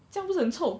这样不是很臭